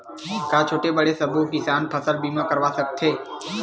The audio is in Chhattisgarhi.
का छोटे बड़े सबो किसान फसल बीमा करवा सकथे?